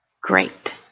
great